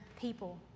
people